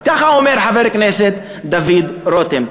כך אומר חבר הכנסת דוד רותם.